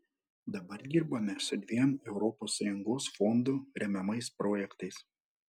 dabar dirbame su dviem europos sąjungos fondų remiamais projektais